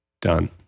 done